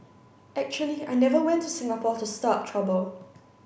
actually I never went to Singapore to stir up trouble